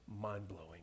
mind-blowing